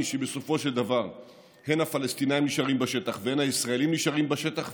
שבסופו של דבר הן הפלסטינים נשארים בשטח והן הישראלים נשארים בשטח,